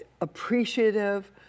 appreciative